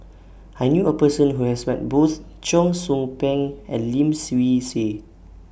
I knew A Person Who has Met Both Cheong Soo Pieng and Lim Swee Say